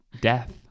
death